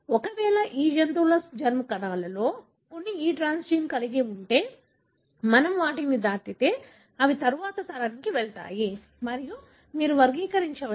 ఒకవేళ ఈ జంతువుల జెర్మ్ కణాలలో కొన్ని ఈ ట్రాన్స్జీన్ కలిగి ఉంటే మనం వాటిని దాటితే అవి తరువాతి తరానికి వెళ్తాయి మరియు మీరు వర్గీకరించవచ్చు